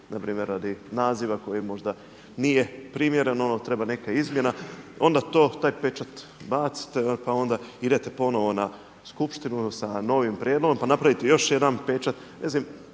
npr. radi naziva koji možda nije primjeren, treba neka izmjena. Onda to, taj pečat bacite pa onda idete ponovo na skupštinu sa novim prijedlogom pa napraviti još jedan pečat.